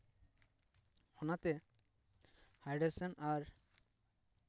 ᱚᱱᱟᱛᱮ ᱦᱟᱭᱰᱨᱮᱥᱚᱱ ᱟᱨ